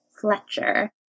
Fletcher